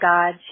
God